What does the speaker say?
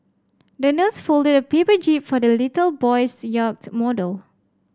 the nurse folded a paper jib for the little boy's yacht model